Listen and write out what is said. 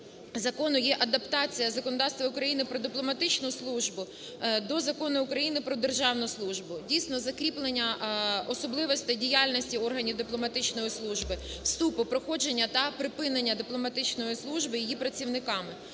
закону є адаптація законодавства України про дипломатичну службу до Закону України "Про державну службу". Дійсно, закріплення особливостей діяльності органів дипломатичної служби, вступу, проходження та припинення дипломатичної служби її працівниками.